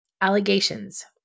allegations